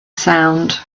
sound